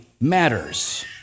matters